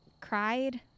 cried